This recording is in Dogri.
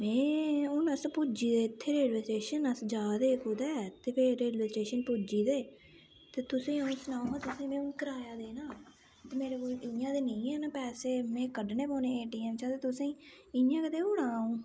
में हून अस पुज्जी गेदे रेलवे स्टेशन हून अस जा दे हे कुतै ते रेलवे स्टेशन पुज्जी गेदे ते तुसें हून सनाओ हां में कराया देना मेरे कोल इ'यां ते नी हैन पैसे में कड्ढने पौने ए टी एम चा ते तुसें इ'यां गै देउड़ां अ'ऊं